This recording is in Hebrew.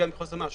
זה